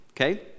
okay